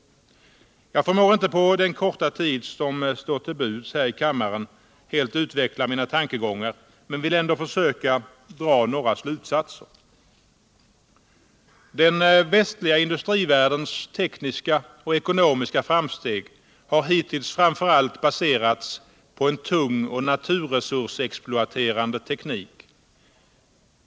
Jag förmår inte på den korta tid som står till buds här i kammaren helt utveckla mina tankegångar men vill ändå försöka dra några slutsatser: Den västliga industrivärldens tekniska och ekonomiska framsteg har hittills framför allt baserats på en tung och naturresursexploaterande teknik.